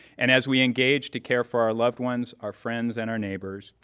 and as we engage to care for our loved ones, our friends, and our neighbors,